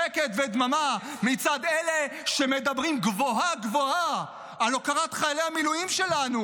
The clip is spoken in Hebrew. שקט ודממה מצד אלה שמדברים גבוהה-גבוהה על הוקרת חיילי המילואים שלנו.